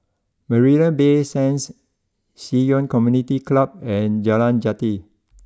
Marina Bay Sands Ci Yuan Community Club and Jalan Jati